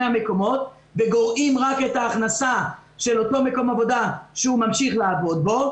המקומות וגורעים רק את ההכנסה של אותו מקום עבודה שהוא ממשיך לעבוד בו,